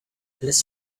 less